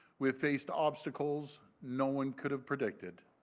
we have faced obstacles no one could have predicted.